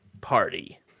party